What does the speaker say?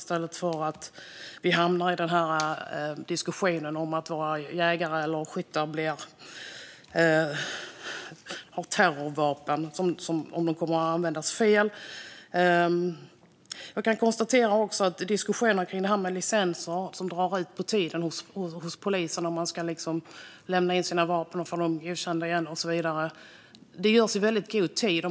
Vi får inte hamna i en diskussion om att jägares och skyttars vapen används för terror eller annat. Det finns också en diskussion om att handläggningen av licenser hos polisen drar ut på tiden. Det handlar om att man ska lämna in sina vapen och få dem godkända igen. Detta måste göras i väldigt god tid.